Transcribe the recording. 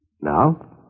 Now